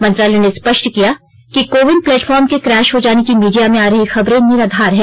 मंत्रालय ने स्पष्ट किया कि कोविन प्लेटफॉर्म के क्रैश हो जाने की मीडिया में आ रही खबरें निराधार हैं